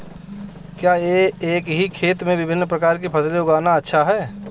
क्या एक ही खेत में विभिन्न प्रकार की फसलें उगाना अच्छा है?